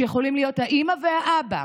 שיכולים להיות האימא והאבא,